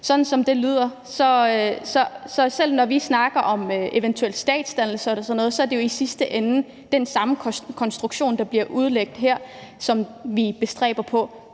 at samle os. Så selv når vi snakker om en eventuel statsdannelse og sådan noget, er det jo i sidste ende den samme konstruktion, der bliver udlagt her, som vi bestræber os